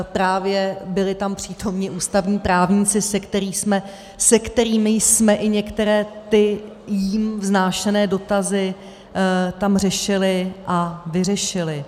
Právě byli tam přítomni ústavní právníci, se kterými jsme i některé jím vznášené dotazy tam řešili a vyřešili.